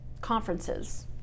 conferences